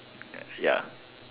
ya